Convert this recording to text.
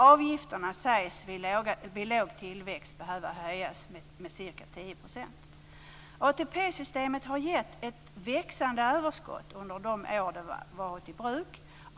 Avgifterna sägs vid låg tillväxt behöva höjas med ca 10 %. ATP-systemet har gett ett växande överskott under de år det varit i bruk.